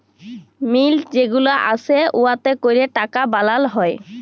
মিল্ট যে গুলা আসে উয়াতে ক্যরে টাকা বালাল হ্যয়